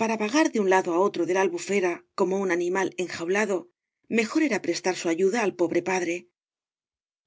para vagar de ua lado á otro de la albufera como un animal enjaulado mejor era prestar su ayuda al pobre padre